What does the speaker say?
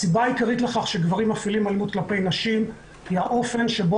הסיבה העיקרית לכך שגברים מפעילים אלימות כלפי נשים היא האופן שבו